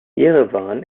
jerewan